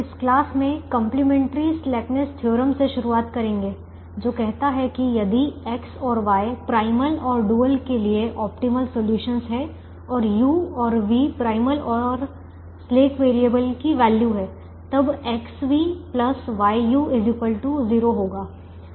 इस क्लास में complementary slackness theorem से शुरुआत करेंगे जो कहता है कि यदि X और Y प्राइमल और डुअल के लिए ऑप्टिमल सॉल्यूशंस है और U और V प्राइमल और स्लेक वेरिएबल की वैल्यू है तब XV YU 0 होगा